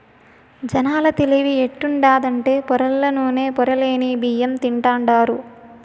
జనాల తెలివి ఎట్టుండాదంటే పొరల్ల నూనె, పొరలేని బియ్యం తింటాండారు